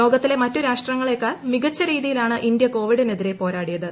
ലോകത്തിലെ മറ്റു രാഷ്ട്രങ്ങളേക്കാൾ മികച്ച രീതിയിലാണ് ഇന്ത്യ കോവിഡിനെതിരെ പോരാടിയത്